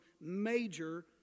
major